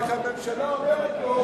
רק הממשלה אומרת פה,